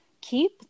keep